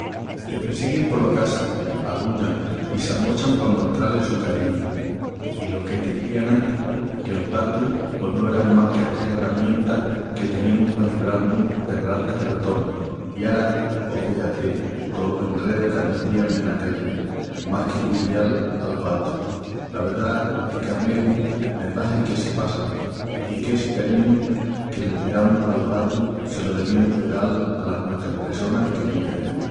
Te pressiguin pola casa, arrullan i s'amochan pa muestral el su cariñu. I lo que t'izía enantis, que los gatus pos no eran más que herramientas que teniamus pa alibral-mus de ratas i ratonis i ara pos fixa-ti tolos enreus qu'anuncian ena teli más que cudial alos gatus. La verdá es qu'a megu me pahi que se passan, i qu'essi cariñu que le damus alos gatus se lo deviamus de dal alas nuestras pressonas querías.